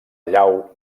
llau